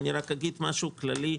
רק אגיד משהו כללי.